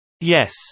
Yes